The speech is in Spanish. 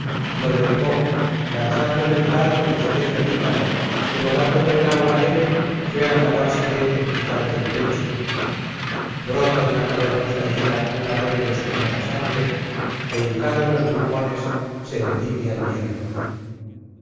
lo derribó lanzándole un dardo de cerezo ítalo que volando por el aura leve fue a clavársele en mitad del pecho brota de la cavernosa herida un arroyo de espumosa sangre e hincado en los pulmones se entibia el hierro